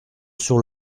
sur